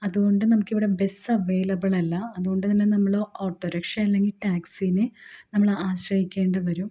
അതുകൊണ്ട് നമുക്ക് ഇവിടെ ബസ്സ് അവൈലബിളല്ല അതുകൊണ്ട് തന്നെ നമ്മൾ ഓട്ടോറിക്ഷ അല്ലെങ്കിൽ ടാക്സീനെ നമ്മൾ ആശ്രയിക്കേണ്ടി വരും